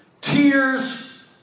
Tears